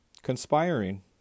conspiring